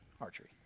Archery